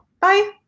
Bye